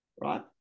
right